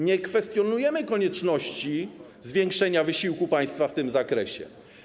Nie kwestionujemy konieczności zwiększenia wysiłku państwa w tym zakresie.